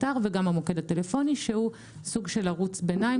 אתר וגם המוקד הטלפוני שהוא סוג של ערוץ ביניים